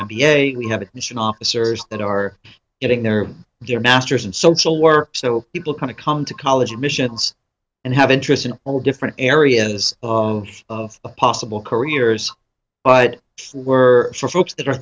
a we have a mission officers that are getting their their masters in social work so people kind of come to college admissions and have interest in all different areas of possible careers but we're for folks that are